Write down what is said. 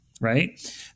right